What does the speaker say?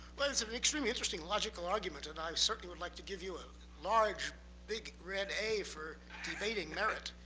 well, it's an extremely interesting, logical argument. and i certainly would like to give you a large big red a for debating merit.